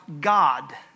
God